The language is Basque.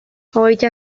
hogeita